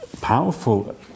powerful